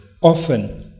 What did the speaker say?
often